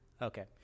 Okay